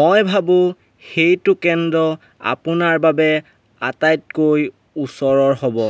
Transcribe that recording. মই ভাবোঁ সেইটো কেন্দ্ৰ আপোনাৰ বাবে আটাইতকৈ ওচৰৰ হ'ব